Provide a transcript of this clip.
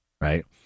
right